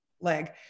leg